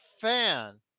fan